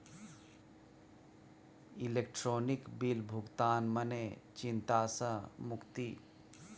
electronic bill भुगतान मने चिंता सँ मुक्ति